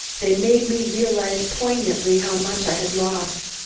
they made me realize poignantly how much i had lost.